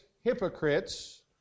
hypocrites